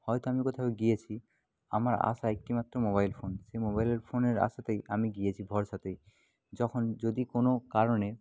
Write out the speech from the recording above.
হয়তো আমি কোথাও গিয়েছি আমার আশা একটি মাত্র মোবাইল ফোন সেই মোবাইলের ফোনের আশাতেই আমি গিয়েছি ভরসাতেই যখন যদি কোনো কারণে